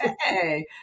Hey